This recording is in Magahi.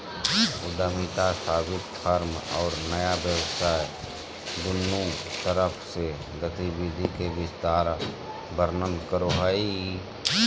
उद्यमिता स्थापित फर्म और नया व्यवसाय दुन्नु तरफ से गतिविधि के विस्तार वर्णन करो हइ